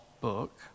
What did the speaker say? book